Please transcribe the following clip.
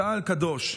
צה"ל קדוש,